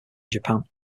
japan